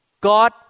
God